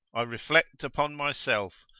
i reflect upon myself,